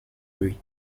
lui